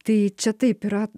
tai čia taip yra